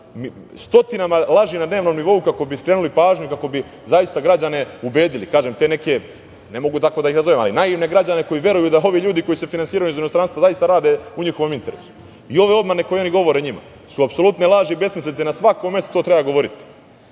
stotinama laži na dnevnom nivou kako bi skrenuli pažnju, kako bi građane ubedili, kažem te neke, ne mogu tako da ih nazovem, ali naivne građane koji veruju da ovi ljudi koji se finansiraju iz inostranstva zaista rade u njihovom interesu. Ove obmane koje oni govore njima su apsolutne laži i besmislice na svakom mestu, to treba govoriti.